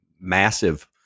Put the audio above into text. massive